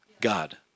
God